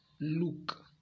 look